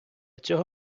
цього